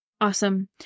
Awesome